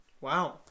wow